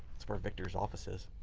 it's where victor's office is.